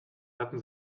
hatten